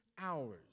hours